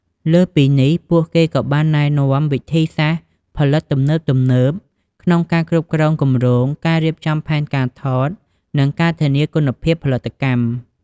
លើសពីនេះ ពួកគេក៏បានណែនាំ វិធីសាស្រ្តផលិតទំនើបៗ ក្នុងការគ្រប់គ្រងគម្រោង ការរៀបចំផែនការថត និងការធានាគុណភាពផលិតកម្ម។